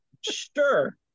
sure